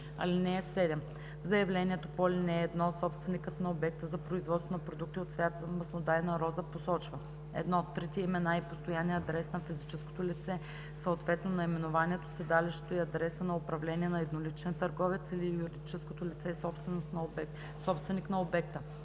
лице. (7) В заявлението по ал. 1 собственикът на обекта за производство на продукти от цвят на маслодайна роза посочва: 1. трите имена и постоянния адрес на физическото лице, съответно наименованието, седалището и адреса на управление на едноличния търговец или юридическото лице – собственик на обекта,